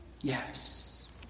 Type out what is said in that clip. yes